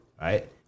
Right